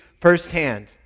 firsthand